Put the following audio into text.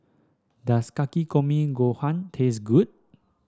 does Takikomi Gohan taste good